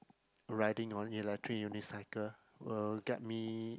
riding on electric unicycle will get me